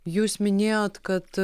jūs minėjot kad